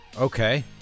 Okay